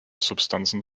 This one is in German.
substanzen